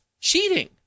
cheating